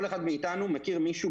כל אחד מאתנו מכיר מישהו,